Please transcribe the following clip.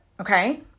okay